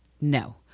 no